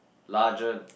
larger